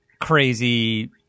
crazy